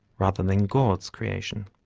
rather than god's, creation.